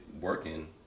working